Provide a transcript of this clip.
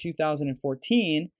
2014